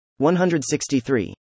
163